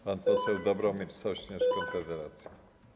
Pan poseł Dobromir Sośnierz, Konfederacja.